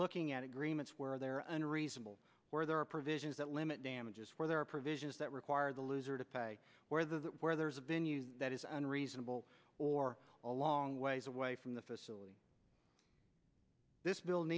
looking at agreements where they are unreasonable where there are provisions that limit damages where there are provisions that require the loser to pay where that where there is a venue that is unreasonable or a long ways away from the facility this bil